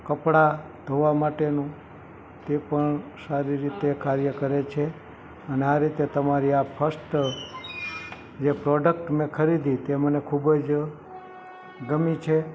કપડાં ધોવા માટેનું તે પણ સારી રીતે કાર્ય કરે છે અને આ રીતે તમારી આ ફસ્ટ જે પ્રોડક્ટ મેં ખરીદી તે મને ખૂબ જ ગમી છે